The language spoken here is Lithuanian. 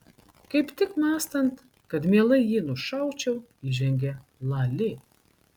kaip tik mąstant kad mielai jį nušaučiau įžengė lali